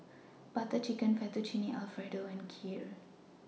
Butter Chicken Fettuccine Alfredo and Kheer